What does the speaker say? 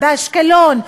באשקלון,